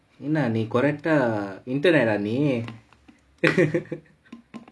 என்ன நீ:enna nee correct ah internet ah நீ:nee